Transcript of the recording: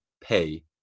pay